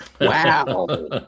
Wow